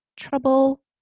trouble